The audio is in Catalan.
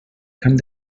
camp